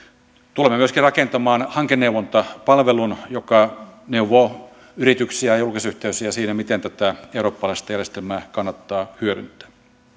tulemme myöskin rakentamaan hankeneuvontapalvelun joka neuvoo yrityksiä ja julkisyhteisöjä siinä miten tätä eurooppalaista järjestelmää kannattaa hyödyntää